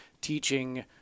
teaching